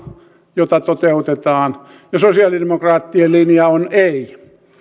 jota toteutetaan ja sosialidemokraattien linja on ei